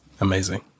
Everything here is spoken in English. Amazing